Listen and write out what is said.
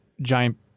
giant